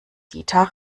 dieter